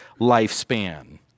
lifespan